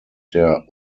der